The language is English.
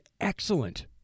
excellent